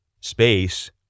space